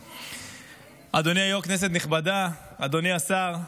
אדוני היו"ר, כנסת נכבדה, אדוני השר,